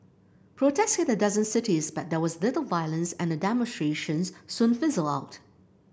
protests hit a dozen cities but there was little violence and the demonstrations soon fizzled out